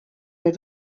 nüüd